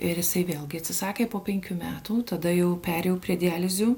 ir jisai vėlgi atsisakė po penkių metų tada jau perėjau prie dializių